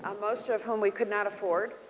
um most of whom we could not afford